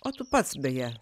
o tu pats beje